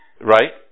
right